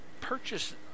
purchase